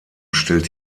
stellt